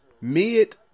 mid